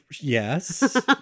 yes